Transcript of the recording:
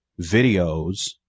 videos